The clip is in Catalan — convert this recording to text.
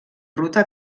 ruta